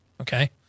okay